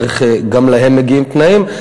גם להם מגיעים תנאים.